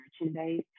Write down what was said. merchandise